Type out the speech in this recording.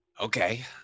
Okay